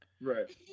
Right